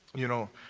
you know,